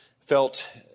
felt